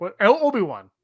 Obi-Wan